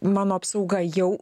mano apsauga jau